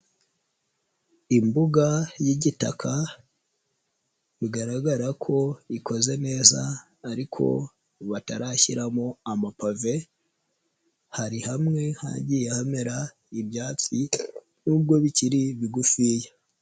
Imbuga y'igitaka bigaragara ko ikoze neza ariko batarashyiramo amapave. Hari hamwe hagiye hamera ibyatsi n'ubwo bikiri bigufiya.